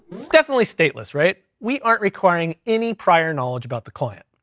it's definitely stateless, right? we aren't requiring any prior knowledge about the client.